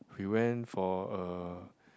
we went for a